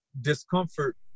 discomfort